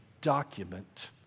document